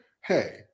hey